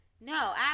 no